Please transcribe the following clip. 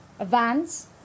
vans